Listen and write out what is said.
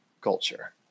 Culture